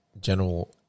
General